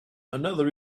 another